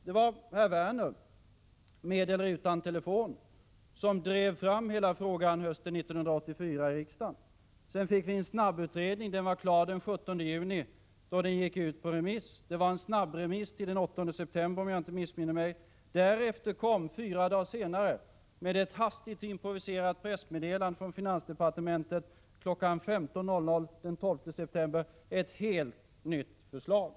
Det var herr Werner som, med eller utan telefon, drev fram hela frågan i riksdagen hösten 1984. Sedan fick vi en snabbutredning. Utredningen var klar den 17 juni, då den skickades ut på remiss. Det var en snabb remiss — till den 8 september, om jag inte missminner mig. Därefter kom, fyra dagar senare, med ett hastigt improviserat pressmeddelande från finansdepartementet kl. 15.00 den 12 september, ett helt nytt förslag.